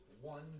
one